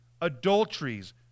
adulteries